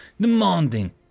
demanding